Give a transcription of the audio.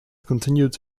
continued